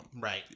Right